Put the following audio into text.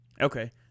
Okay